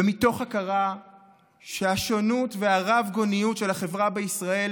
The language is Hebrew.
ומתוך הכרה שהשונות והרבגוניות של החברה בישראל